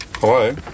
Hello